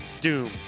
Doom